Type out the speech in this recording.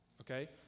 okay